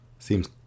Seems